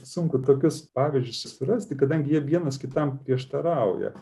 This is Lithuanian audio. sunku tokius pavyzdžius surasti kadangi jie vienas kitam prieštarauja